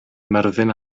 myrddin